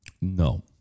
No